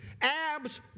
abs